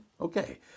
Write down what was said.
Okay